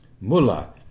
Mullah